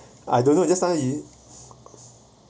I don't know just now you